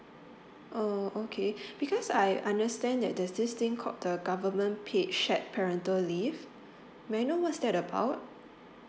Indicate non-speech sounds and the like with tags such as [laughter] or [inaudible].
oh okay [breath] because I understand that there's this thing called the government paid shared parental leave may I know what's that about